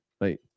Right